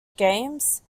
games